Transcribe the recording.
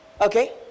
Okay